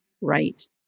right